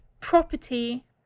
Property